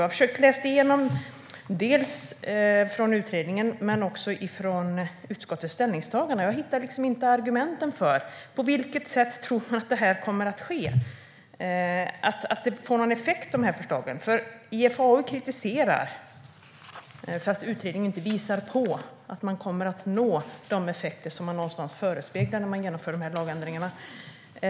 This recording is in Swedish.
Jag har läst i både utredningen och utskottets ställningstagande, men jag hittar inte argumenten. På vilket sätt tror man att det här kommer att ske? Vilken effekt kommer de här förslagen att få? Enligt IFAU:s kritik visar inte utredningen att man kommer att nå de effekter som man förespeglar när man genomför de här lagändringarna.